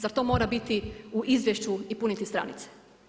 Zar to mora biti u izvješću i puniti stranice?